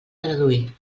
traduir